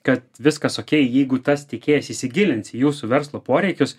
kad viskas okei jeigu tas tiekėjas įsigilins į jūsų verslo poreikius